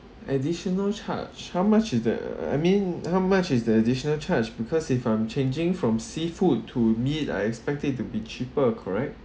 additional charge how much is that uh I mean how much is the additional charge because if I'm changing from seafood to meat I expect it to be cheaper correct